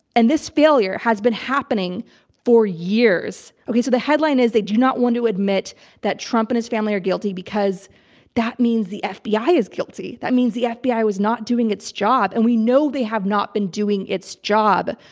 and this failure has been happening for years. okay, so the headline is they do not want to admit that trump and his family are guilty because that means the fbi is guilty. that means the yeah fbi was not doing its job. and we know they have not been doing its job.